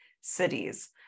cities